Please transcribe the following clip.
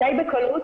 די בקלות,